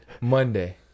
Monday